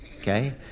okay